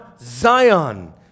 Zion